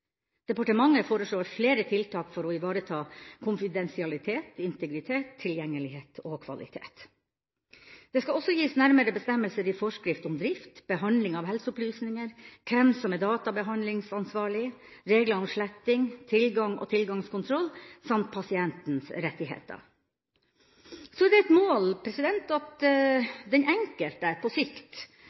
Departementet foreslår flere tiltak for å ivareta konfidensialitet, integritet, tilgjengelighet og kvalitet. Det skal også gis nærmere bestemmelser i forskrift om drift, behandling av helseopplysninger, hvem som er databehandlingsansvarlig, regler om sletting, tilgang og tilgangskontroll samt pasientens rettigheter. Så er det et mål at den enkelte på sikt